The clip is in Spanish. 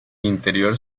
interior